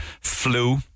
flu